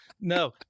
no